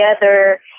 together